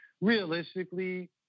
realistically